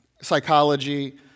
psychology